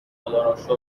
خداروشکر